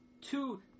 two